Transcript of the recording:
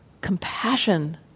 compassion